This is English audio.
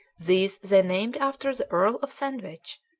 these they named after the earl of sandwich,